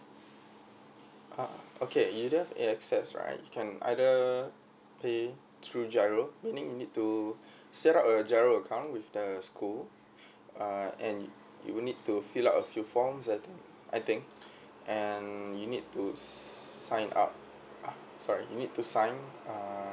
uh okay you dah have access right you can either pay through giro meaning need to set up a giro account with the school uh and you will need to fill up a few forms I think I think and you need to sign up uh sorry you need to sign uh